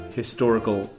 historical